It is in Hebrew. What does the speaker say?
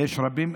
יש רבים,